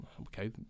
Okay